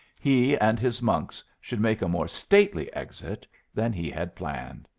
he and his monks should make a more stately exit than he had planned.